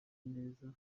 neza